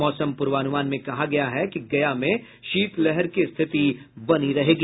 मौसम पूर्वानुमान में कहा गया है कि गया में शीतलहर की स्थिति बनी रहेगी